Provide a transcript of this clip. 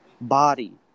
body